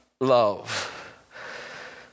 love